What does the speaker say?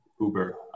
Uber